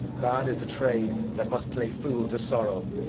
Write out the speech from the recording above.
bad is the trade that must play fool to sorrow,